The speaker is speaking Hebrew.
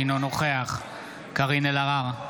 אינו נוכח קארין אלהרר,